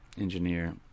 engineer